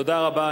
תודה רבה.